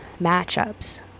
matchups